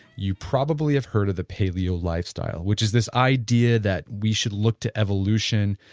you probably have heard of the paleo lifestyle, which is this idea that we should look to evolution,